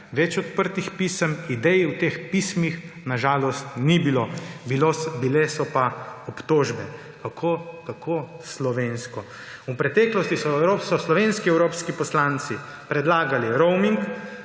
več odprtih pisem, idej v teh pismih na žalost ni bilo. Bile pa so obtožbe – kako kako slovensko. V preteklosti so slovenski evropski poslanci predlagali roaming,